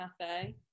Cafe